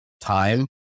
time